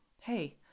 hey